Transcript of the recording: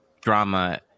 drama